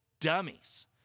dummies